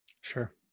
Sure